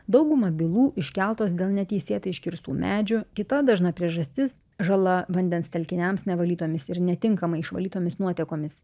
dauguma bylų iškeltos dėl neteisėtai iškirstų medžių kita dažna priežastis žala vandens telkiniams nevalytomis ir netinkamai išvalytomis nuotekomis